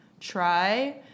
try